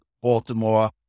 Baltimore